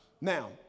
Now